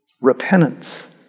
Repentance